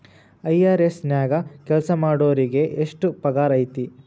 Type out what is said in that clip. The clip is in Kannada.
ಐ.ಆರ್.ಎಸ್ ನ್ಯಾಗ್ ಕೆಲ್ಸಾಮಾಡೊರಿಗೆ ಎಷ್ಟ್ ಪಗಾರ್ ಐತಿ?